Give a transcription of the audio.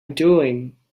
doing